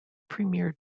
premier